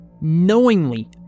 knowingly